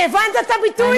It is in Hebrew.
הבנת את הביטוי?